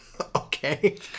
Okay